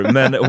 Men